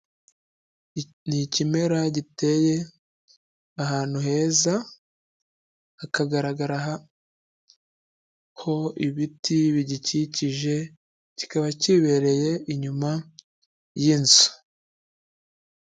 Ni ikimera giteye ahantu heza. Hakagaragara ko ibiti bigikikije. Kikaba kibereye inyuma y'inzu.